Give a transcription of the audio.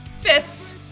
Fits